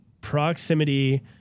proximity